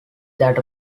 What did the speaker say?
that